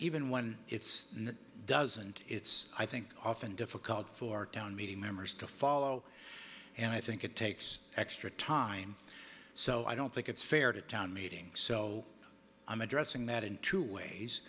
even when it's not doesn't it's i think often difficult for town meeting members to follow and i think it takes extra time so i don't think it's fair to town meetings so i'm addressing that in two ways